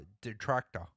Detractor